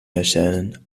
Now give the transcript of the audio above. erscheinen